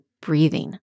breathing